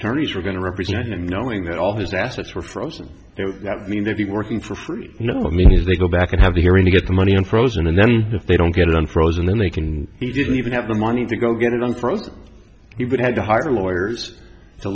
tourney's were going to represent him knowing that all his assets were frozen there i mean if you're working for free you know i mean if they go back and have the hearing to get the money unfrozen and then if they don't get it unfrozen then they can he didn't even have the money to go get it on for you but had to hire lawyers to